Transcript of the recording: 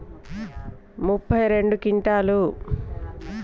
వరి సాగు చేసినప్పుడు ఎకరాకు ఎన్ని క్వింటాలు పంట దిగుబడి వస్తది?